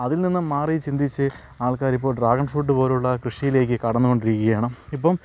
അതിൽ നിന്നും മാറി ചിന്തിച്ച് ആൾക്കാർ ഇപ്പോൾ ഡ്രാഗൺ ഫ്രൂട്ട് പോലുള്ള കൃഷിയിലേക്ക് കടന്നുകൊണ്ടിരിക്കയാണ് ഇപ്പം